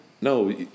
No